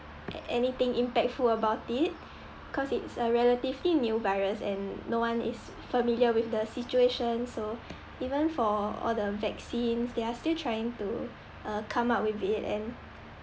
a~ anything impactful about it cause it's a relatively new virus and no one is familiar with the situation so even for all the vaccines they are still trying to uh come up with it and